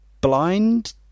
blind